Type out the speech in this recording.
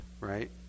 right